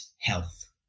health